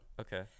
Okay